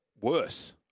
worse